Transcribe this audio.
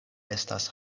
estas